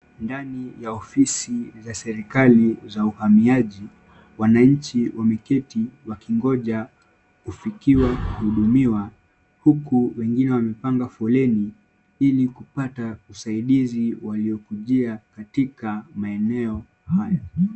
Ndani ya ofisi za serikali za uhamiaji, wananchi wameketi wakingoja kufikiwa kuhudumiwa huku wengine wamepanga foleni kupata ili usaidizi waliokujia katika maeneo haya.